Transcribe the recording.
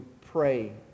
pray